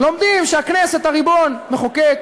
לומדים שהכנסת, הריבון, מחוקק,